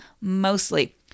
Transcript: mostly